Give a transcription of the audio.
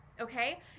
Okay